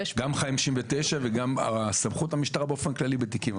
זו סמכות המשטרה באופן כללי בתיקים.